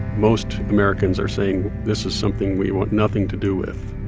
most americans are saying, this is something we want nothing to do with.